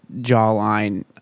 jawline